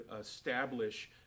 establish